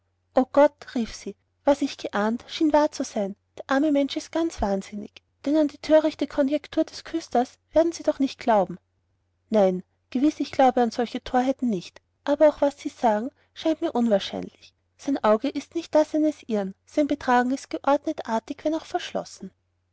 o gott rief sie was ich geahnt scheint wahr zu sein der arme mensch ist gewiß wahnsinnig denn an die törichte konjektur des küsters werden sie doch nicht glauben nein gewiß glaube ich an solche torheiten nicht aber auch was sie sagen scheint mir unwahrscheinlich sein auge ist nicht das eines irren sein betragen ist geordnet artig wenn auch verschlossen